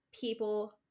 people